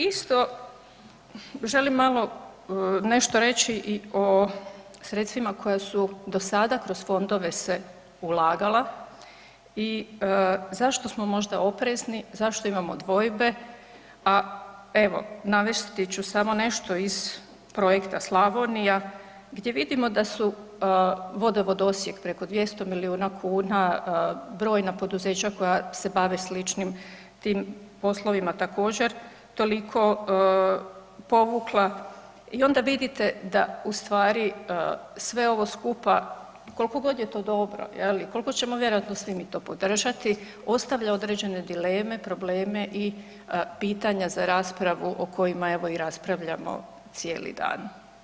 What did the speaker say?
Isto želim malo nešto reći i o sredstvima koja su do sada kroz fondove se ulagala i zašto smo možda oprezni, zašto imamo dvojbe, a evo navesti ću samo nešto iz projekta Slavonija gdje vidimo da su Vodovod Osijek preko 200 miliona kuna brojna poduzeća koja se bave sličnim tim poslovima također toliko povukla i onda vidite da ustvari sve ovo skupa koliko god je to dobro i koliko ćemo vjerojatno svi mi to podržati, ostavlja određene dileme, probleme i pitanja za raspravu o kojima evo ga i raspravljamo cijeli dan.